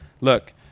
Look